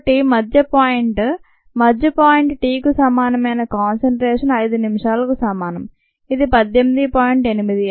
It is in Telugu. కాబట్టి మధ్య పాయింట్ మధ్య పాయింట్ t కు సమానమైన కాన్సంట్రేషన్ 5 నిమిషాలకు సమానం ఇది 18